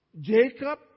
Jacob